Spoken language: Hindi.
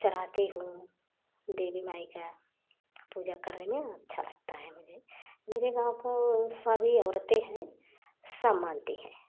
चढ़ाती हूँ देवी माई की पूजा करने में अच्छा लगता है मुझे मेरे गाँव की सभी औरतें है सब मानती हैं